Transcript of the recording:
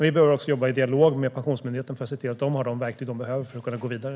Vi behöver också jobba i dialog med Pensionsmyndigheten för att se till att de har de verktyg de behöver för att gå vidare.